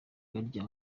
barya